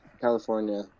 California